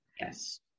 yes